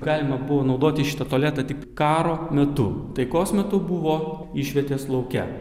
galima buvo naudoti šitą tualetą tik karo metu taikos metu buvo išvietės lauke